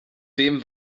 dem